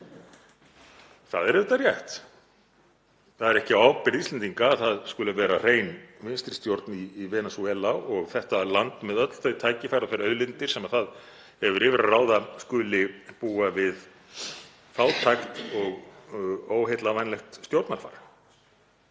Það er auðvitað rétt. Það er ekki á ábyrgð Íslendinga að það skuli vera hrein vinstri stjórn í Venesúela og þetta land, með öll þau tækifæri og þær auðlindir sem það hefur yfir að ráða, skuli búa við fátækt og óheillavænlegt stjórnarfar.